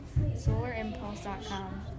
SolarImpulse.com